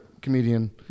comedian